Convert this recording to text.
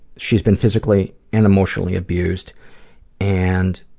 she's been physically and emotionally abused and,